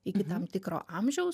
iki tam tikro amžiaus